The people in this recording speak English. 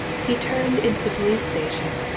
he turned into the police-station,